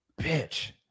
bitch